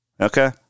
Okay